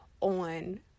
on